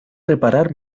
reparar